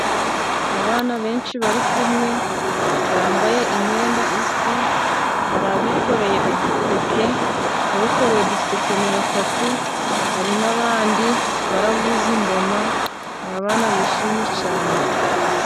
Abana benshi bari kumwe bambaye imyenda isa, hari abikoreye uduseke, abikoreye uduseke ni batatu, hari n'abandi baravuza ingoma, ni abana bishimye cyane.